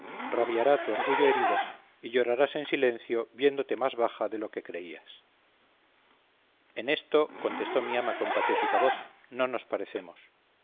rabiará tu orgullo herido y llorarás en silencio viéndote más baja de lo que creías en esto contestó mi ama con patética voz no nos parecemos